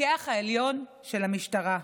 המפקח העליון של המשטרה,